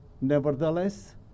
Nevertheless